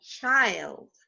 child